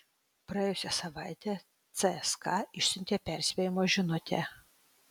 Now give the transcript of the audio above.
praėjusią savaitę cska išsiuntė perspėjimo žinutę